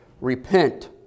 Repent